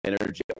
energy